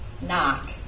knock